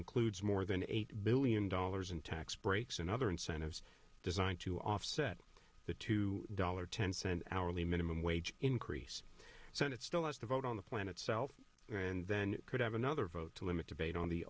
includes more than eight billion dollars in tax breaks and other incentives designed to offset the two dollars ten cent hourly minimum wage increase senate still has to vote on the planet self and then could have another vote to limit debate on the